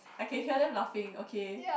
I can hear them laughing okay